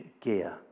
gear